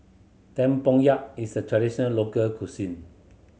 tempoyak is a traditional local cuisine